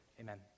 amen